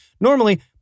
Normally